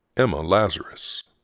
emma lazarus.